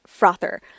frother